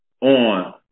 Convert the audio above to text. on